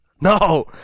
No